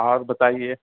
اور بتائیے